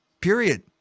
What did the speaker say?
period